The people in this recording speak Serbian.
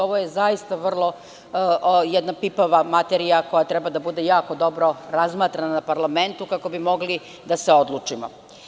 Ovo je zaista vrlo jedna pipava materija koja treba da bude jako dobro razmatrana u parlamentu kako bi mogli da se odlučimo.